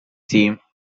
seemed